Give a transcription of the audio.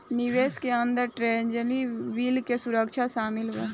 निवेश के अंदर ट्रेजरी बिल के सुरक्षा शामिल बा